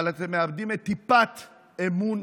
אבל אתם מאבדים את טיפת אמון